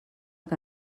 que